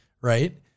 right